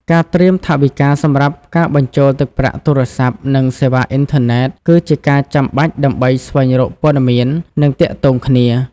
ការត្រៀមថវិកាសម្រាប់ការបញ្ចូលទឹកប្រាក់ទូរស័ព្ទ និងសេវាអ៊ីនធឺណិត គឺជាការចាំបាច់ដើម្បីស្វែងរកព័ត៌មាន និងទាក់ទងគ្នា។